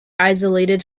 isolated